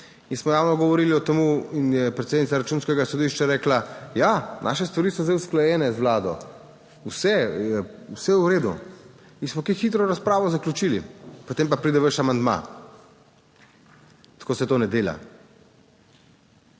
in smo ravno govorili o tem. In je predsednica Računskega sodišča rekla: "Ja, naše stvari so zdaj usklajene z Vlado, vse je v redu." In smo kaj hitro razpravo zaključili. Potem pa pride vaš amandma. Tako se to ne dela.